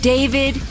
David